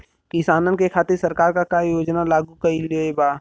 किसानन के खातिर सरकार का का योजना लागू कईले बा?